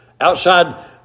Outside